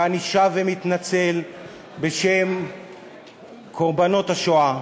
ואני שב ומתנצל בפני קורבנות השואה.